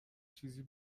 چیزی